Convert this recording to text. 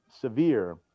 severe